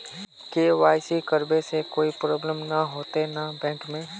KYC करबे से कोई प्रॉब्लम नय होते न बैंक में?